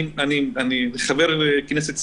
חבר הכנסת סעדי,